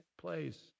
place